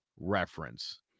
reference